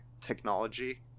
technology